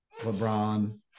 LeBron